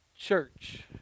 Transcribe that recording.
church